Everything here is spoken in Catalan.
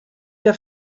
que